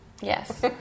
Yes